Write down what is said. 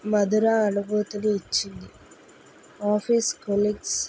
మధుర అనుభూతిని ఇచ్చింది office colleagues